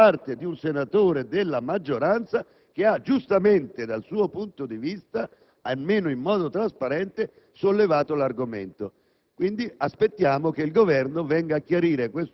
ieri alla Commissione bilancio da un senatore della maggioranza che ha giustamente, dal suo punto di vista, almeno in modo trasparente, sollevato l'argomento.